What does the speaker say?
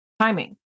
timing